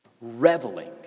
Reveling